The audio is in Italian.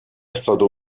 stato